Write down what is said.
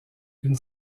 une